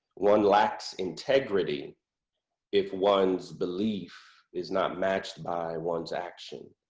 one lacks integrity if one's belief is not matched by one's action.